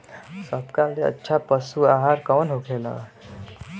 सबका ले अच्छा पशु आहार कवन होखेला?